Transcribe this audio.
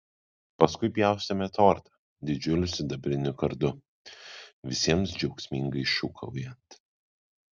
paskui pjaustėme tortą didžiuliu sidabriniu kardu visiems džiaugsmingai šūkaujant